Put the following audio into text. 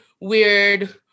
weird